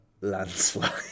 landslide